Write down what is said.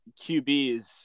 QBs